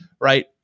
right